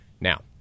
Now